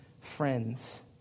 friends